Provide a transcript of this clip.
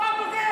מה פוגע?